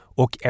och